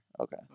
Okay